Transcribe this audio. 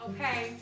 Okay